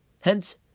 Hence